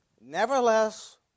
Nevertheless